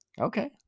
okay